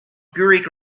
greek